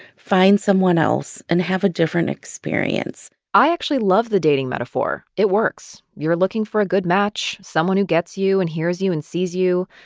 find someone else, and have a different experience i actually love the dating metaphor. it works. you're looking for a good match, someone who gets you and hears you and sees you,